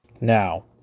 Now